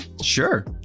Sure